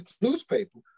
newspaper